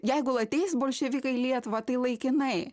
jeigu ateis bolševikai į lietuvą tai laikinai